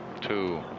two